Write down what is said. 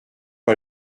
pas